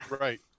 Right